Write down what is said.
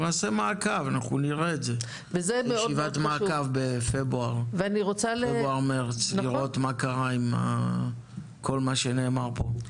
אנחנו נעשה ישיבת מעקב בפברואר-מרץ ונראה מה קרה עם כל מה שנאמר פה.